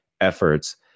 efforts